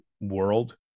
world